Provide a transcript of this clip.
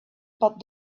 but